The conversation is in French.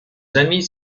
amis